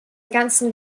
ganzen